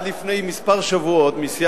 עד לפני שבועות מספר,